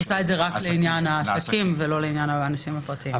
עושה את זה רק לעניין עסקים ולא לעניין אנשים פרטיים.